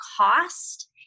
cost